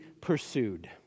pursued